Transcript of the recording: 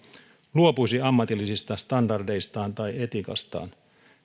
luopuisi ammatillisista standardeistaan tai etiikastaan